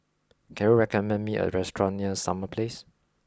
can you recommend me a restaurant near Summer Place